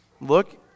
Look